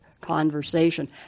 conversation